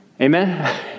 Amen